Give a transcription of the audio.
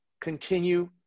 continue